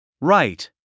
Right